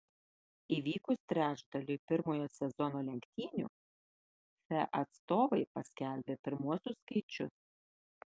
įvykus trečdaliui pirmojo sezono lenktynių fe atstovai paskelbė pirmuosius skaičius